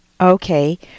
Okay